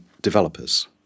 developers